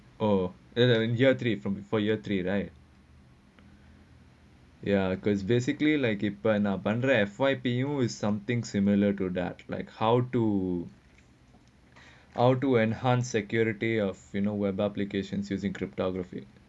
oh then year from before year three right ya because basically like uh F_Y_P is something similar to that like how to outdo enhanced security of like you know web applications using cryptography